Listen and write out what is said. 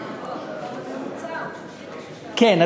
הממוצע הוא 66%. כן.